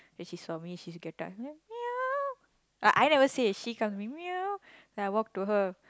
then she saw me she get down meow I never say she calls me meow then I walk to her